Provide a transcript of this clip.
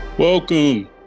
Welcome